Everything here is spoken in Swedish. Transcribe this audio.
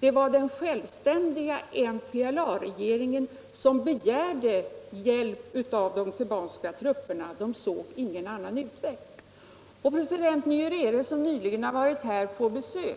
Det var däremot den självständiga MPLA-regeringen som begärde hjälp av kubanska trupper. Man såg ingen annan utväg. President Nycrere, som nyligen var på besök